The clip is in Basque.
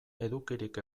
edukirik